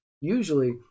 Usually